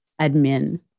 admin